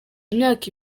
imyaka